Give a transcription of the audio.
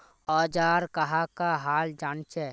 औजार कहाँ का हाल जांचें?